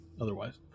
otherwise